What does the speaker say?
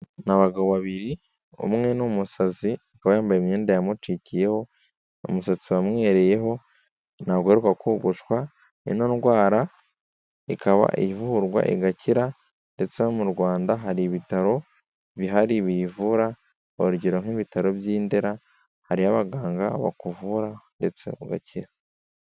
Ni abagabo babiri umwe ni umusazi akaba yambaye imyenda yamucikiyeho, umusatsi wamwereyeho ntago aheruka kogoshwa. Ino ndwara ikaba ivurwa igakira ndetse mu Rwanda hari ibitaro bihari biyivura urugero nk'ibitaro by'i Ndera hari abaganga bakuvura ndetse ugakira.